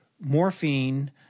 Morphine